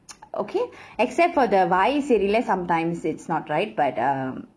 okay except for the வாயி சரியில்ல:vaayi sariyilla sometimes it's not right but um